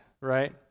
right